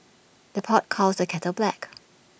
the pot calls the kettle black